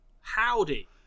Howdy